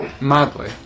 madly